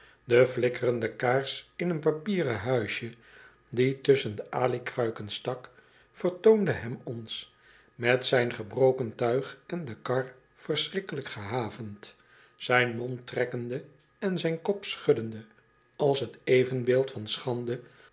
de flikkerende kaars in een papieren huisje dietusschen de alikruiken stak vertoonde hem ons met zijn gebroken tuig en de kar verschrikkelijk gehavend zijn mond trekkende en zijn kop schuddende als t evenbeeld van schande